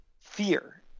fear